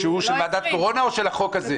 היושב-ראש שלו --- הקואליציה מפריעה לעצמה.